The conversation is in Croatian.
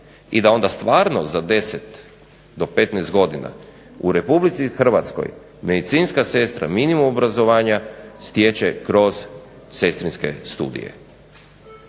i da onda stvarno za 10 do 15 godina u RH medicinska sestra minimum obrazovanja stječe kroz sestrinske studije.